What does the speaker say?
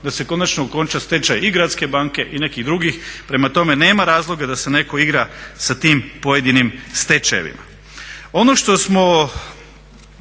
da se konačno okonča stečaj i Gradske banke i nekih drugih. Prema tome, nema razloga da se neko igra sa tim pojedinim stečajevima. Ono što smo